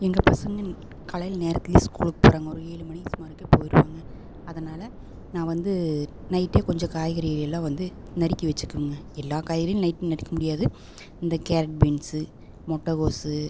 எங்கள் பசங்க காலையில நேரத்துலையே ஸ்கூலுக்கு போகறாங்க ஒரு ஏழு மணி சுமாருக்கே போய்ருவாங்க அதனால் நான் வந்து நைட்டே கொஞ்சம் காய்கறிகளைலாம் வந்து நறுக்கி வச்சுக்குவேன் எல்லா காய்கறிகளும் நைட் நறுக்க முடியாது இந்த கேரட் பீன்ஸு முட்டை கோஸு